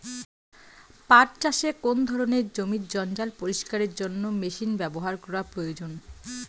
পাট চাষে কোন ধরনের জমির জঞ্জাল পরিষ্কারের জন্য মেশিন ব্যবহার করা প্রয়োজন?